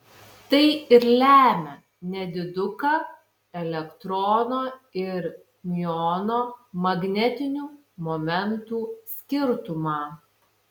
tai ir lemia nediduką elektrono ir miuono magnetinių momentų skirtumą